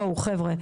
בואו חבר'ה,